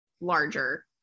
larger